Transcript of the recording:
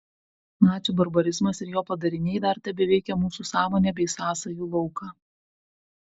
nacių barbarizmas ir jo padariniai dar tebeveikia mūsų sąmonę bei sąsajų lauką